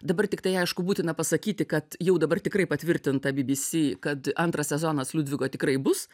dabar tiktai aišku būtina pasakyti kad jau dabar tikrai patvirtinta bbc kad antras sezonas liudvigo tikrai bus